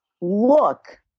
look